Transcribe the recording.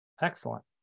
Excellent